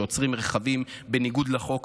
שעוצרים רכבים בניגוד לחוק,